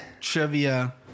Trivia